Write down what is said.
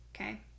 Okay